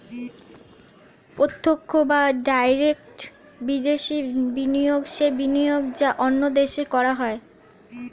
প্রত্যক্ষ বা ডাইরেক্ট বিদেশি বিনিয়োগ সেই বিনিয়োগ যা অন্য দেশে করা হয়